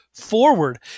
forward